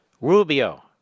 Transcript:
Rubio